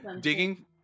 digging